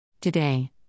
Today